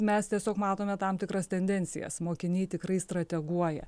mes tiesiog matome tam tikras tendencijas mokiniai tikrai strateguoja